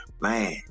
man